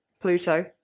pluto